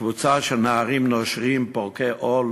בקבוצה של נערים נושרים פורקי עול